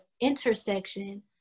intersection